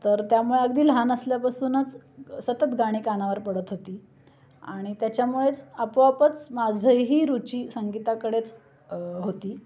तर त्यामुळे अगदी लहान असल्यापासूनच सतत गाणी कानावर पडत होती आणि त्याच्यामुळेच आपोआपच माझंही रुची संगीताकडेच होती